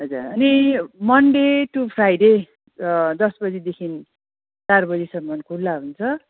हजुर अनि यो मन्डे टु फ्राइडे दस बजेदिखिन् चार बजेसम्मन् खुल्ला हुन्छ